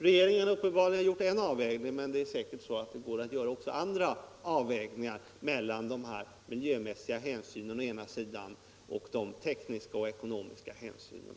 Regeringen har uppenbarligen gjort en avvägning, men det går säkert också att göra andra avvägningar mellan å ena sidan de miljömässiga hänsynen och å andra sidan de tekniska och ekonomiska hänsynen.